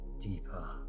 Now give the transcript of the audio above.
deeper